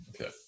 okay